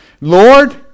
Lord